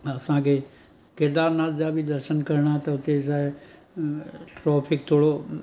असांखे केदारनाथ जा बि दर्शन करिणा त हुते छाहे ट्रॉफिक थोरो